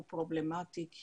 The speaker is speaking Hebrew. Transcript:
הוא פרובלמטי.